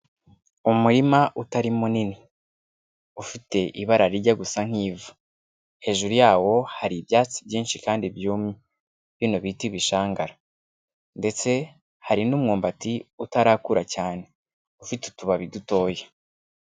Umurima utari munini, ufite ibara rijya gusa nk'ivu, hejuru yawo hari ibyatsi byinshi kandi byumye, bino bita ibishangara, ndetse hari n'umwumbati utarakura cyane ufite utubabi dutoya.